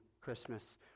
Christmas